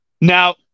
Now